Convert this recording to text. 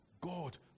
God